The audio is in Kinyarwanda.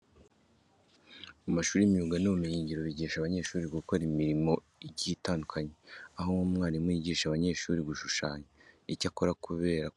Mu mashuri y'imyuga n'ubumenyingiro bigisha abanyeshuri gukora imirimo igiye itandukanye. Aho nk'umwarimu yigisha abanyeshuri gushushanya. Icyakora kubera ko baba ari abahanga biraborohera cyane kuko bahita babifata mu mutwe ndetse bikazabagirira umumaro umunsi bazaba bageze ku isoko ry'umurimo.